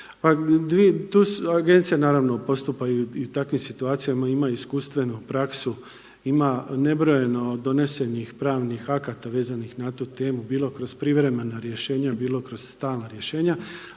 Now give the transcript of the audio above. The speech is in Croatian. naravno postupa i u takvim situacijama ima iskustvenu praksu, ima nebrojeno donesenih pravnih akata vezanih na tu temu bilo kroz privremena rješenja, bilo kroz stalna rješenja.